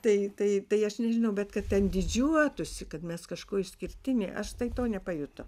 tai tai tai aš nežinau bet kad ten didžiuotųsi kad mes kažkuo išskirtiniai aš tai to nepajutau